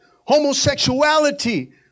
homosexuality